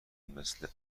مثل